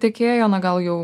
tiekėjo na gal jau